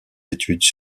études